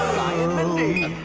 um and? mindy,